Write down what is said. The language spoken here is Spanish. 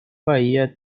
bahía